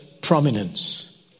prominence